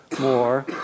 more